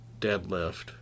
deadlift